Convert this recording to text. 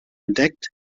entdeckt